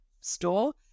store